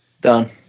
Done